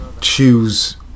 choose